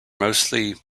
mostly